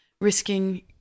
risking